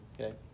Okay